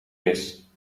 mis